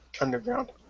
underground